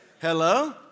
Hello